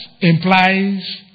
implies